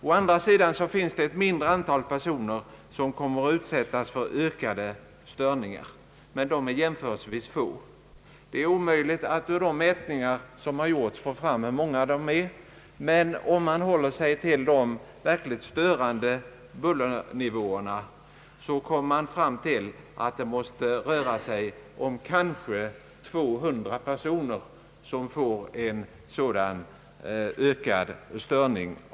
Å andra sidan finns det ett mindre antal personer som kommer att utsättas för ökade störningar, men de är jämförelsevis få. Det är omöjligt att ur de gjorda beräkningarna få fram hur många dessa personer är, men om man håller sig till de verkligt störande bullernivåerna kommer man fram till att det torde vara omkring 200 personer som utsätts för en ökad störning.